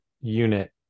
unit